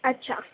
अच्छा